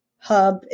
hub